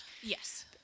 Yes